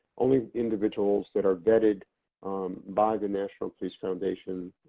only individuals that are vetted by the national police foundation,